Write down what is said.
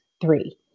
three